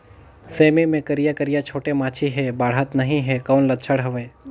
सेमी मे करिया करिया छोटे माछी हे बाढ़त नहीं हे कौन लक्षण हवय?